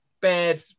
Bad